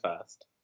first